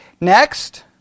next